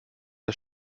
das